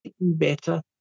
better